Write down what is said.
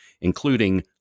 including